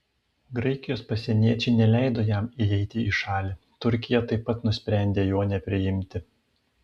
graikijos pasieniečiai neleido jam įeiti į šalį turkija taip pat nusprendė jo nepriimti